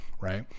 Right